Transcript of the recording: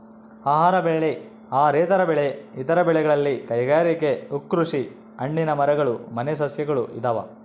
ಆಹಾರ ಬೆಳೆ ಅಹಾರೇತರ ಬೆಳೆ ಇತರ ಬೆಳೆಗಳಲ್ಲಿ ಕೈಗಾರಿಕೆ ಹೂಕೃಷಿ ಹಣ್ಣಿನ ಮರಗಳು ಮನೆ ಸಸ್ಯಗಳು ಇದಾವ